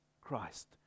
Christ